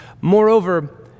Moreover